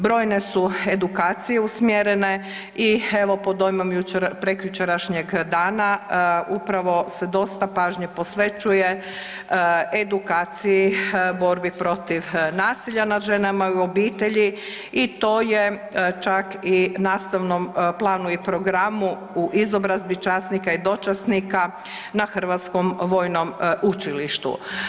Brojne su edukacije usmjerene i evo pod dojmom prekjučerašnjeg dana upravo se dosta pažnje posvećuje edukaciji borbi protiv nasilja nad ženama i u obitelji i to je čak u nastavnom planu i programu u izobrazbi časnika i dočasnika na Hrvatskom vojnom učilištu.